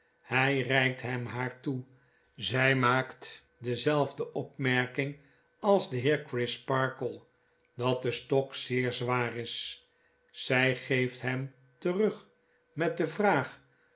hij reikt hem haar toe zij maakt dezelfde opmerking als de heer crisparkle da't de stok zeer zwaar is zy geeft hem terug met de vraag